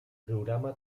programa